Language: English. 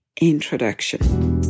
introduction